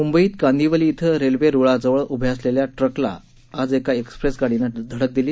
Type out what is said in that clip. मुंबईत कांदिवली इथं रेल्वे रुळाजवळ उभ्या असलेल्या ट्रकला आज एका एक्स्प्रेस गाडीनं धडक दिली